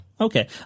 Okay